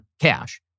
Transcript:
cash